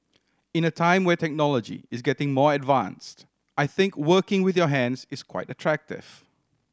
in a time where technology is getting more advanced I think working with your hands is quite attractive